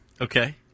Okay